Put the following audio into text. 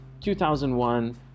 2001